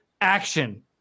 action